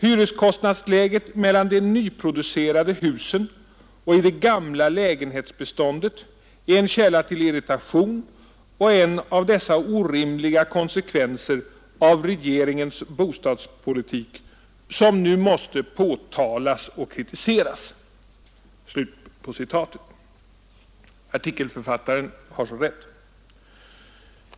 Hyreskostnadsläget mellan de nyproducerade husen och i det gamla lägenhetsbeståndet är en källa till irritation och en av dessa orimliga konsekvenser av regeringens bostadspolitik som måste påtalas och kritiseras.” Artikelförfattaren har så rätt.